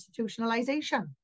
institutionalization